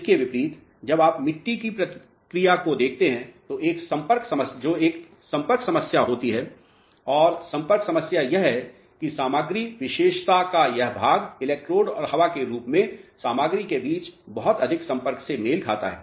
इसके विपरीत जब आप मिट्टी की प्रतिक्रिया को देखते हैं तो एक संपर्क समस्या होती है और संपर्क समस्या यह है कि पदार्थ विशेषता का यह भाग इलेक्ट्रोड और हवा के रूप में पदार्थ के बीच बहुत अधिक संपर्क से मेल खाता है